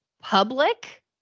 public